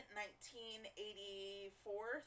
1984